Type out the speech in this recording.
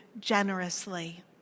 generously